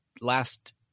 last